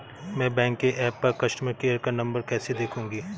मैं बैंक के ऐप पर कस्टमर केयर का नंबर कैसे देखूंगी?